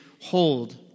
hold